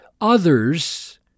others